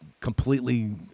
completely